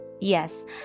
yes